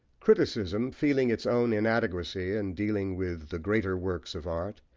criticism, feeling its own inadequacy in dealing with the greater works of art,